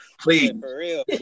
please